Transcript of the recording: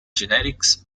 genetics